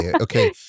Okay